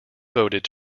voted